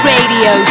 Radio